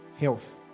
Health